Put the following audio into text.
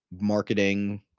marketing